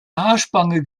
haarspange